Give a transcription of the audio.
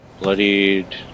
Bloodied